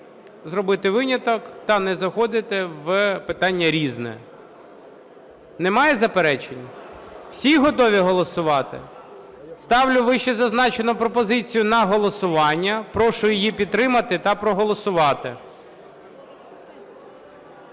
зробити виняток та не заходити в питання "Різне". Немає заперечень? Всі готові голосувати? Ставлю вищезазначену пропозицію на голосування. Прошу її підтримати та проголосувати.